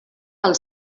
als